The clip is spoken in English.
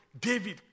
David